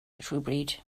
rhywbryd